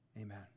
Amen